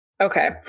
Okay